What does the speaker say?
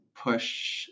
push